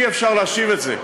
אי-אפשר להשיב את זה.